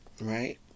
right